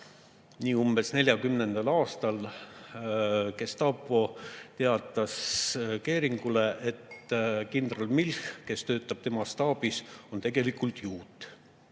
umbes 1940. aastal Gestapo teatas Göringule, et kindral Milch, kes töötab tema staabis, on tegelikult juut.